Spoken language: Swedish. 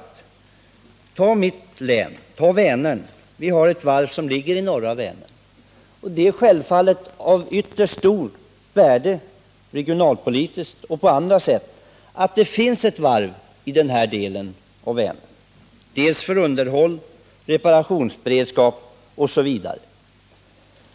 Vi kan som exempel ta Vänern, eftersom vi har ett varv som ligger i norra delen av Vänern. Det är självfallet av ytterst stort värde, både regionalpolitiskt och på andra sätt — för underhåll och reparationsberedskap osv. — att det finns ett varv i denna del av Vänern.